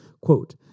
Quote